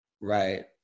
Right